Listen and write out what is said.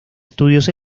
estudios